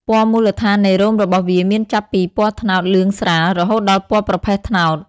ពណ៌មូលដ្ឋាននៃរោមរបស់វាមានចាប់ពីពណ៌ត្នោតលឿងស្រាល រហូតដល់ពណ៌ប្រផេះត្នោត។